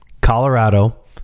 colorado